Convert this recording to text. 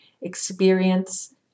experience